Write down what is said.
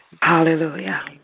Hallelujah